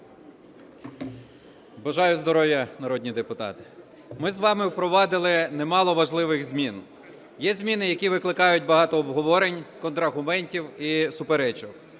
Бажаю здоров'я, народні депутати! Ми з вами впровадили немало важливих змін. Є зміни, які викликають багато обговорень, контраргументів і суперечок,